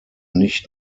nicht